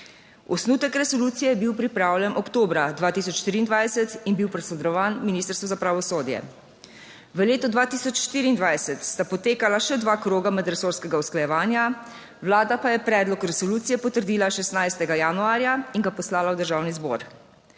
Osnutek resolucije je bil pripravljen oktobra 2023 in bil posredovan Ministrstvu za pravosodje. V letu 2024 sta potekala še dva kroga medresorskega usklajevanja, Vlada pa je predlog resolucije potrdila 16. januarja in ga poslala v Državni zbor.